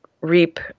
reap